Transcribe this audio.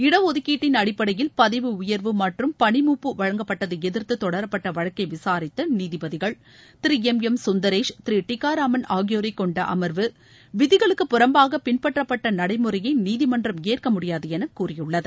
இட ஒதுக்கீட்டின் அடிப்படையில் பதவி உயர்வு மற்றும் பணி மூப்பு வழங்கப்பட்டதை எதிர்த்து தொடரப்பட்ட வழக்கை விசாரித்த நீதிபதிகள் திரு எம் எம் சுந்தரேஷ் திரு டிகாராமன் ஆகியோரைக் கொண்ட அமர்வு விதிகளுக்கு புறம்பாக பின்பற்றப்பட்ட நடைமுறையை நீதிமன்றம் ஏற்க முடியாது என கூறியுள்ளது